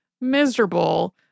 miserable